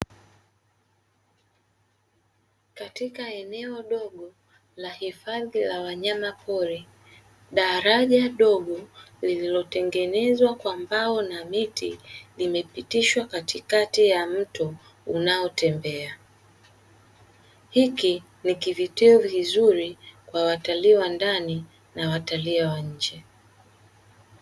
Katika eneo dogo la hifadhi la wanyama pori, daraja dogo lililotengenezwa kwa mbao na miti limepitishwa katikati ya mto unaotembea. Hiki ni kivutio kuzuri kwa watalii wa ndani na watalii wa nje.